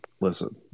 Listen